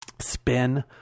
spin